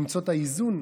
למצוא את האיזון,